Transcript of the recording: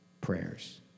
prayers